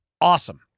Awesome